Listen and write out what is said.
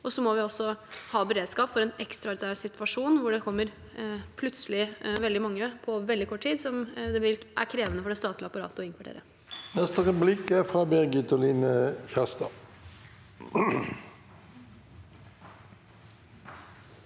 Vi må også ha beredskap for en ekstraordinær situasjon hvor det plutselig kommer veldig mange på veldig kort tid og det er krevende for det statlige apparatet å innkvartere.